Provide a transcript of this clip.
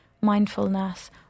mindfulness